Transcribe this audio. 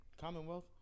Commonwealth